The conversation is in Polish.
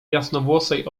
jasnowłosej